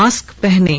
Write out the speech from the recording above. mask पहनें